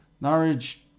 norwich